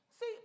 See